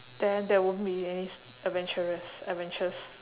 then there won't be any s~ adventurous adventures